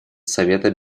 совета